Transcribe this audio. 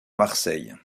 marseille